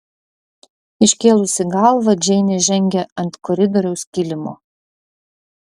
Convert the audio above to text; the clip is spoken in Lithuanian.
iškėlusi galvą džeinė žengė ant koridoriaus kilimo